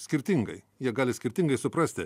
skirtingai jie gali skirtingai suprasti